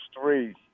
three